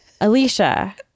Alicia